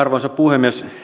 arvoisa puhemies